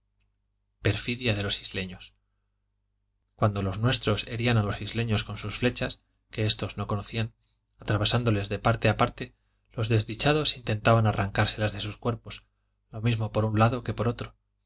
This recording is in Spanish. perfidia de los isleños cuando los nuestros herían a los isleños con sus flechas que éstos no conocían atravesándoles de parte a parte los desdichados intentaban arrancárselas de sus cuerpos lo mismo por un lado que por otro